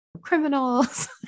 criminals